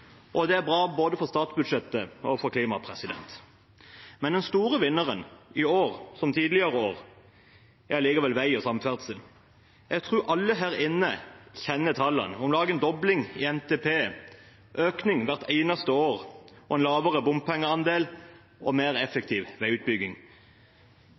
og det er bra både for statsbudsjettet og for klimaet. Men den store vinneren i år, som tidligere år, er allikevel vei og samferdsel. Jeg tror alle her inne kjenner tallene: om lag en dobling i NTP, økning hvert eneste år, lavere bompengeandel og mer